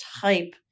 type